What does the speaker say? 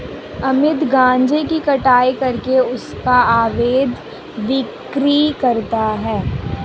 अमित गांजे की कटाई करके उसका अवैध बिक्री करता है